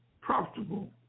profitable